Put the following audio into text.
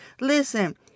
Listen